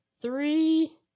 Three